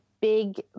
big